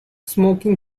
smoking